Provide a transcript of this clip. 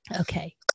Okay